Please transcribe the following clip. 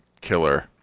killer